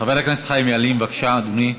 חבר הכנסת חיים ילין, בבקשה, אדוני.